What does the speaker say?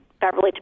Beverly